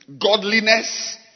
godliness